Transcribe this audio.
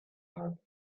arabic